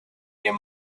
your